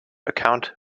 account